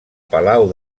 palau